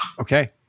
okay